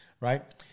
right